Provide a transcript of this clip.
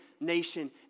nation